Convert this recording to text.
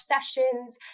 sessions